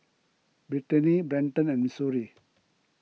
Britany Brenton and Missouri